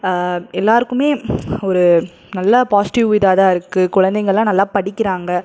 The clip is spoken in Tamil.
எல்லோருக்குமே ஒரு நல்லா பாஸ்ட்டிவ் இதாக தான் இருக்குது குழந்தைகளாம் நல்லா படிக்கிறாங்க